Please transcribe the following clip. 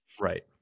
right